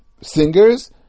singers